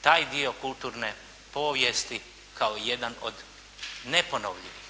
taj dio kulturne povijesti kao jedan od neponovljivih.